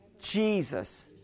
Jesus